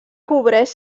cobreix